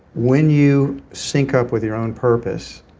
when you sync up with your own purpose,